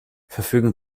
verfügen